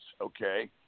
okay